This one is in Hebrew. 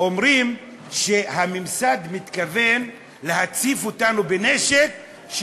אומרים שהממסד מתכוון להציף אותנו בנשק,